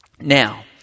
Now